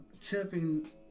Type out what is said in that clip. chipping